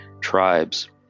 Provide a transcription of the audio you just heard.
tribes